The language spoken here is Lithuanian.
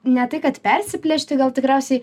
ne tai kad persiplėšti gal tikriausiai